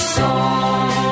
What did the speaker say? song